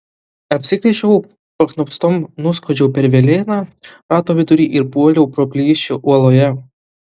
apsigręžiau paknopstom nuskuodžiau per velėną rato vidury ir puoliau pro plyšį uoloje